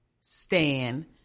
stand